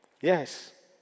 Yes